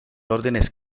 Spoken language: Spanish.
órdenes